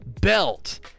belt